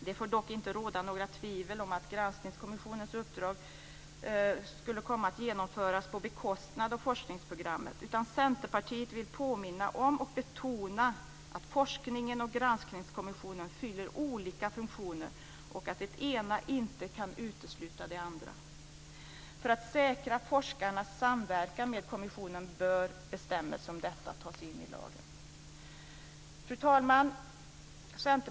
Det får dock inte råda några tvivel om att Granskningskommissionens uppdrag kommer att genomföras på bekostnad av forskningsprogrammet, utan Centerpartiet vill påminna om och betona att forskningen och Granskningskommissionen fyller olika funktioner och att det ena inte kan utesluta det andra. För att säkra forskarnas samverkan med kommissionen bör bestämmelser om detta tas in i lagen. Fru talman!